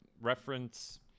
reference